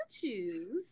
choose